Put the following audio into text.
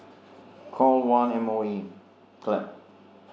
call one M_O_E clap